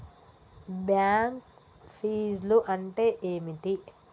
Bank ఫీజ్లు అంటే ఏమిటి?